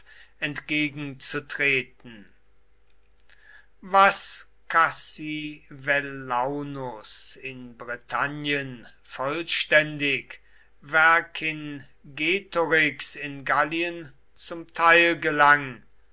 entgegenzutreten was cassivellaunus in britannien vollständig vercingetorix in gallien zum teil gelang